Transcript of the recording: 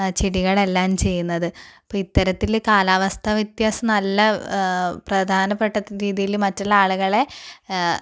ചെടികളെല്ലാം ചെയ്യുന്നത് അപ്പം ഇത്തരത്തിൽ കാലാവസ്ഥ വ്യത്യാസം നല്ല പ്രധാനപ്പെട്ട രീതിയിൽ മറ്റുള്ള ആളുകളെ